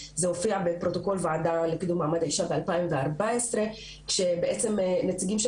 זה הופיע בפרוטוקול הוועדה לקידום מעמד האישה ב-2014 שנציגים של